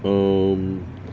um